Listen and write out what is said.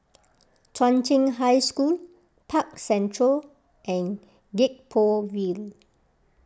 Chung Cheng High School Park Central and Gek Poh Ville